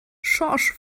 schorsch